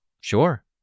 Sure